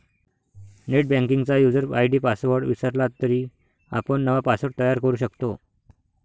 नेटबँकिंगचा user ID password विसरला तरी आपण नवा पासवर्ड तयार करू शकतो